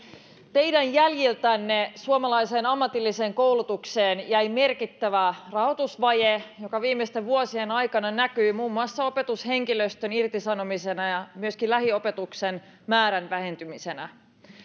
teidän jäljiltänne suomalaiseen ammatilliseen koulutukseen jäi merkittävä rahoitusvaje joka viimeisten vuosien aikana näkyi muun muassa opetushenkilöstön irtisanomisina ja myöskin lähiopetuksen määrän vähentymisenä